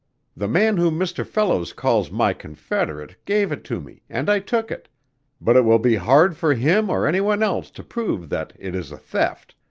the man whom mr. fellows calls my confederate gave it to me and i took it but it will be hard for him or any one else to prove that it is a theft,